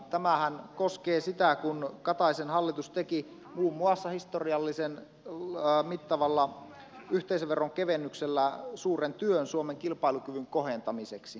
tämähän koskee sitä kun kataisen hallitus teki muun muassa historiallisen mittavalla yhteisöveron kevennyksellä suuren työn suomen kilpailukyvyn kohentamiseksi